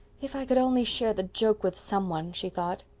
if i could only share the joke with some one! she thought.